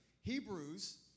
Hebrews